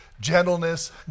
gentleness